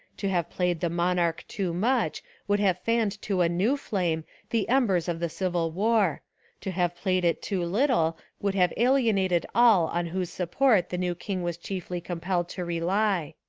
to have played the monarch too much would have fanned to a new flame the embers of the civil war to have played it too little would have alienated all on whose sup port the new king was chiefly compelled to rely.